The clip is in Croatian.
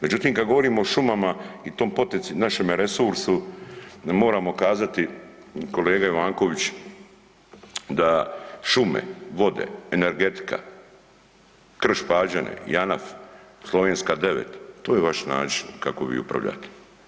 Međutim, kad govorimo o šumama i tom potencijalnom, našem resursu moramo kazati kolega Ivanković da šume, vode, energetika, Krš – Pađane, JANAF, Slovenska 9 to je vaš način kako vi upravljate.